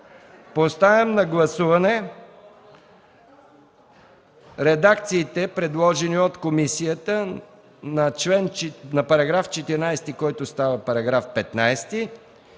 Поставям на гласуване редакциите, предложени от комисията, на § 14, който става § 15,